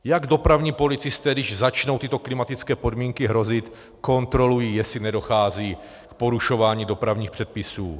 Jak dopravní policisté, když začnou tyto klimatické podmínky hrozit, kontrolují, jestli nedochází k porušování dopravních předpisů?